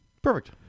perfect